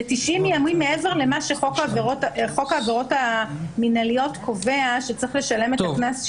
90 ימים מעבר למה שחוק העבירות המינהליות קובע שצריך לשלם את הקנס,